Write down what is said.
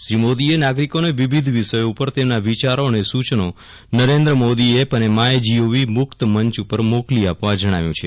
શ્રી મોદીએ નાગરીકોને વિવિધ વિષયો ઉપર તેમના વિચારો અને સુચનો નરેન્દ્ર મોદી એપ અને માય જીઓવી મુકત મંચ ઉપર મોકલી આપવા જણાવ્યું છે